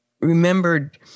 remembered